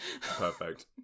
perfect